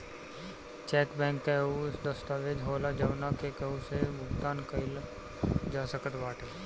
check bank कअ उ दस्तावेज होला जवना से केहू के भुगतान कईल जा सकत बाटे